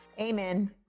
amen